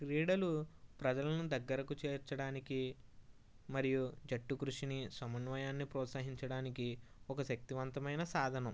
క్రీడలు ప్రజలను దగ్గరకు చేర్చడానికి మరియు జట్టు కృషిని సమన్వయాన్ని ప్రోత్సహించడానికి ఒక శక్తివంతమైన సాధనం